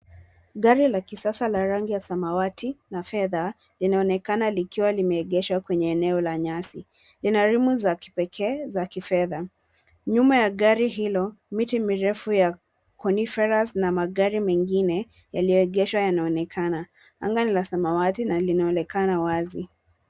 Gari la kisasa la rangi ya samawati na fedha, yanaonekana likiwa limeegeshwa kwenye eneo la nyasi. Lina rimu za kipekee, za kifedha. Nyuma ya gari hilo, miti mirefu ya coniferous na magari mengine, yaliyoegeshwa yanaonekana. Anga ni la samawati na linaonekana wazi.